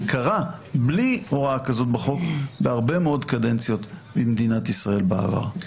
זה קרה בלי הוראה כזאת בחוק בהרבה מאוד קדנציות במדינת ישראל בעבר.